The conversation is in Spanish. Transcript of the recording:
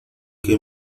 que